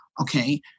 okay